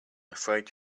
afraid